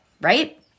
right